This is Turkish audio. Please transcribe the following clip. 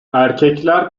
erkekler